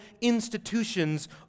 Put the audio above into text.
institutions